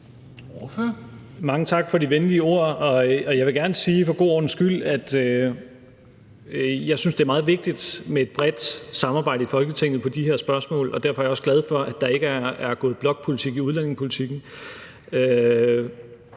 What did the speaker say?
Mange tak for de venlige ord, og jeg vil gerne sige for god ordens skyld, at jeg synes, det er meget vigtigt med et bredt samarbejde i Folketinget på de her spørgsmål. Og derfor er jeg også glad for, at der ikke er gået blokpolitik i udlændingepolitikken.